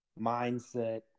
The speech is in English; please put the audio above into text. mindset